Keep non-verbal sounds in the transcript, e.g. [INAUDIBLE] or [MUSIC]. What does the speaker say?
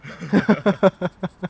[LAUGHS]